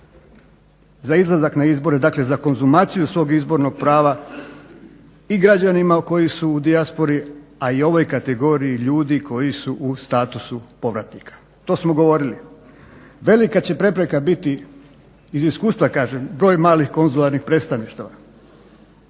za izlazak na izbore, dakle za konzumaciju svog izbornog prava i građanima koji su u dijaspori ali i ovoj kategoriji ljudi koji su u statusu povratnika. To smo govorili. Velika će prepreka biti, iz iskustva kažem broj malih konzularnih predstavništava,